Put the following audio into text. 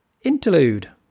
interlude